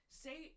say